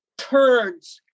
turds